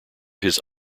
his